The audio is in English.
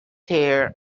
here